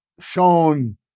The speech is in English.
shown